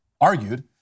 argued